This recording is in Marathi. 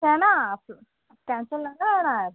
कॅन्सल नाही ना होणार